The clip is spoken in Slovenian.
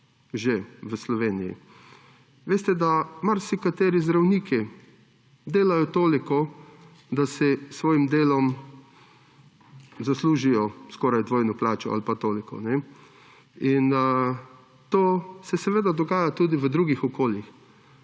že v Sloveniji. Veste, da marsikateri zdravniki delajo toliko, da si s svojim delom zaslužijo skoraj dvojno plačo ali pa toliko. To se seveda dogaja tudi v drugih okoljih,